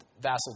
vassal